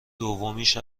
دومیش